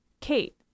Kate